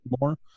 more